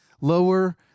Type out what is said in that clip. Lower